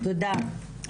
תודה.